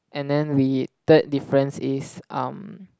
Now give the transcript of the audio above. and then we third difference is um